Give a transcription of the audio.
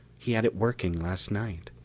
he had it working last night.